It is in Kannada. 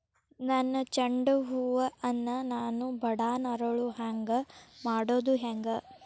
ನನ್ನ ಚಂಡ ಹೂ ಅನ್ನ ನಾನು ಬಡಾನ್ ಅರಳು ಹಾಂಗ ಮಾಡೋದು ಹ್ಯಾಂಗ್?